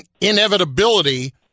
inevitability